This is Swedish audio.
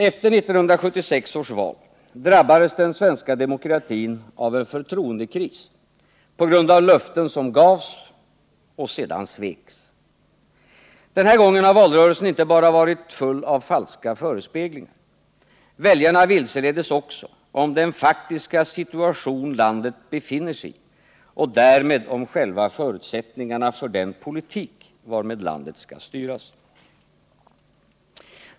Efter 1976 års val drabbades den svenska demokratin av en förtroendekris på grund av löften som gavs och sedan sveks. Den här gången har valrörelsen inte bara varit full av falska förespeglingar. Väljarna vilseleddes också om den faktiska situation landet befinner sig i och därmed om själva förutsättningarna för den politik varmed landet skall styras.